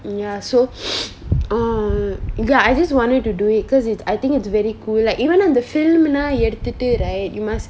ya so um ya I just wanted to do it cause it's I think it's very cool like even in the film னா எடுத்துட்டு:na eduthuttu right you must